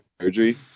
surgery